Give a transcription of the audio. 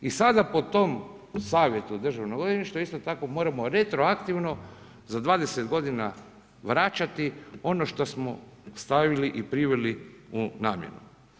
I sada po tom savjetu Državnog odvjetništva, isto tako moramo retroaktivno za 20 godina vraćati ono što smo stavili i priveli u namjenu.